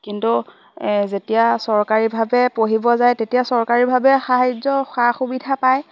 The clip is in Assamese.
কিন্তু যেতিয়া চৰকাৰীভাৱে পঢ়িব যায় তেতিয়া চৰকাৰীভাৱে সাহাৰ্য সা সুবিধা পায়